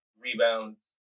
rebounds